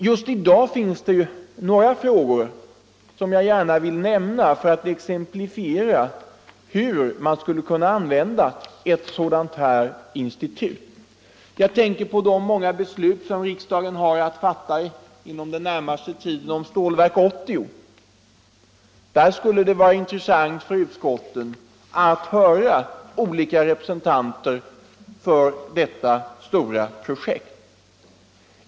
Just nu finns det några frågor som jag gärna vill nämna för att exemplifiera hur man skulle kunna använda ett sådant här institut. Jag tänker på de många beslut som riksdagen har att fatta inom den närmaste tiden om Stålverk 80. Där skulle det vara intressant för utskotten att höra olika representanter för detta stora projekt.